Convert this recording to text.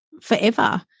forever